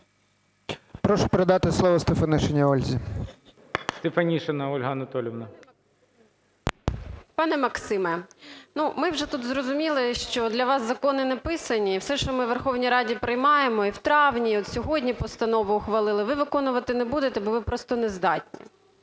Прошу передати слово Стефанишиній Ользі. ГОЛОВУЮЧИЙ. Стефанишина Ольга Анатоліївна. 12:33:50 СТЕФАНИШИНА О.А. Пане Максиме, ми вже тут зрозуміли, що для вас закони не писані. Все, що ми в Верховній Раді приймаємо, і в травні, і от сьогодні постанову ухвалили, ви виконувати не будете, бо ви просто не здатні.